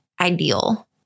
ideal